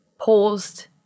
Paused